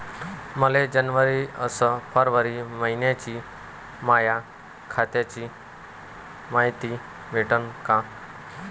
मले जनवरी अस फरवरी मइन्याची माया खात्याची मायती भेटन का?